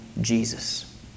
Jesus